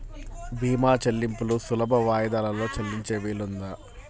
భీమా చెల్లింపులు సులభ వాయిదాలలో చెల్లించే వీలుందా?